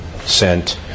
sent